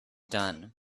done